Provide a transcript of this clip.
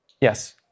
Yes